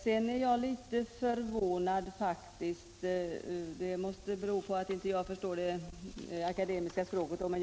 Jag är faktiskt litet förvånad, och det måste bero på att jag inte förstår det akademiska språket.